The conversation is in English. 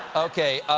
okay.